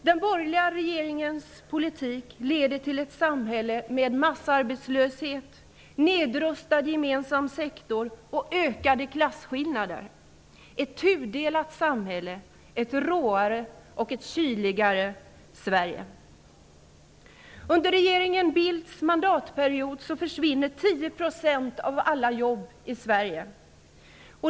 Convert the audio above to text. Den borgerliga regeringens politik leder till ett samhälle med massarbetslöshet, nedrustad gemensam sektor och ökade klasskillnader, ett tudelat samhälle, ett råare och kyligare Sverige. 10 % av alla jobb i Sverige.